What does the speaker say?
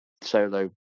solo